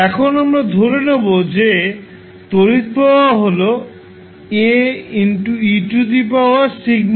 এখন আমরা ধরে নেব যে তড়িৎ প্রবাহ হল Ae𝛔t